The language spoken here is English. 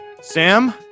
Sam